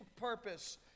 purpose